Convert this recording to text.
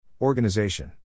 Organization